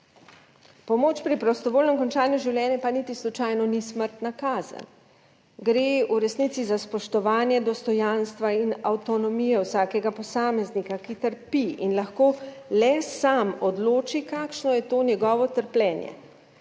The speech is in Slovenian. Pomoč pri prostovoljnem končanju življenja pa niti slučajno ni smrtna kazen. Gre v resnici za spoštovanje dostojanstva in avtonomije vsakega posameznika, ki trpi in lahko le sam odloči, kakšno je to njegovo trpljenje